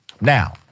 Now